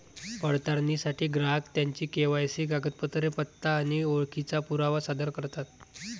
पडताळणीसाठी ग्राहक त्यांची के.वाय.सी कागदपत्रे, पत्ता आणि ओळखीचा पुरावा सादर करतात